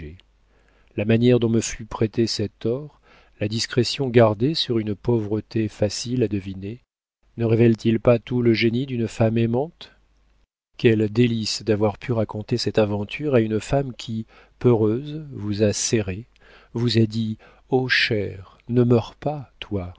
la manière dont me fut prêté cet or la discrétion gardée sur une pauvreté facile à deviner ne révèlent elles pas tout le génie d'une femme aimante quelles délices d'avoir pu raconter cette aventure à une femme qui peureuse vous a serré vous a dit oh cher ne meurs pas toi